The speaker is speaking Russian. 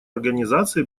организации